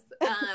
Yes